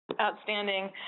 Outstanding